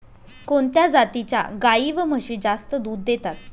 कोणत्या जातीच्या गाई व म्हशी जास्त दूध देतात?